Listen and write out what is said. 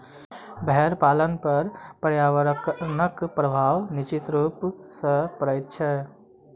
भेंड़ पालन पर पर्यावरणक प्रभाव निश्चित रूप सॅ पड़ैत छै